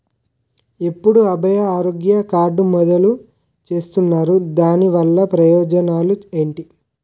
ఎప్పుడు అభయ ఆరోగ్య కార్డ్ మొదలు చేస్తున్నారు? దాని వల్ల ప్రయోజనాలు ఎంటి?